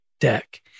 deck